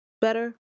better